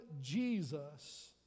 Jesus